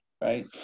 Right